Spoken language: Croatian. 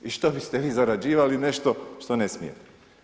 I što biste vi zarađivali nešto što ne smijete?